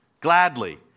gladly